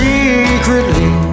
Secretly